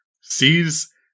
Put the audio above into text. sees